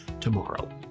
tomorrow